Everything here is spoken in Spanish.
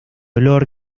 olor